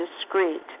discreet